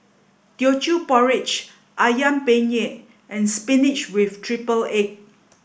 Teochew Porridge Ayam Penyet and Spinach with Triple Egg